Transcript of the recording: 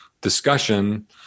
discussion